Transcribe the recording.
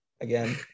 again